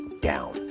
down